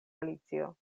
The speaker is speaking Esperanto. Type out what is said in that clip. alicio